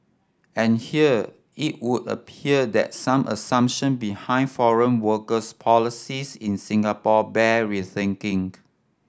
and here it would appear that some assumption behind foreign workers policies in Singapore bear rethinking